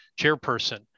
chairperson